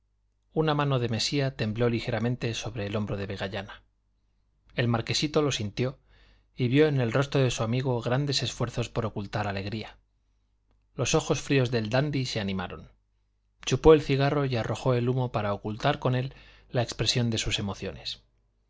una mano de mesía tembló ligeramente sobre el hombro de vegallana el marquesito lo sintió y vio en el rostro de su amigo grandes esfuerzos por ocultar alegría los ojos fríos del dandy se animaron chupó el cigarro y arrojó el humo para ocultar con él la expresión de sus emociones